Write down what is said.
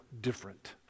different